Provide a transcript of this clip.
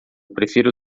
prefiro